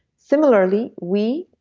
similarly we,